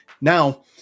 Now